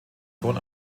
sohn